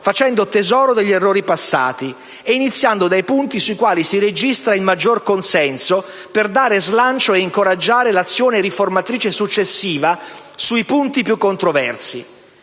facendo tesoro degli errori passati e iniziando dai punti sui quali si registra il maggiore consenso per dare slancio e incoraggiare l'azione riformatrice successiva sui punti più controversi: